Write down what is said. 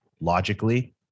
logically